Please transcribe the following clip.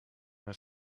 mijn